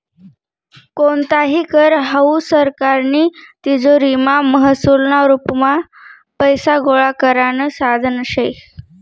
कोणताही कर हावू सरकारनी तिजोरीमा महसूलना रुपमा पैसा गोळा करानं साधन शे